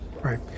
Right